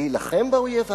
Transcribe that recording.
להילחם באויב הערבי.